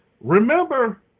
Remember